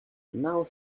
now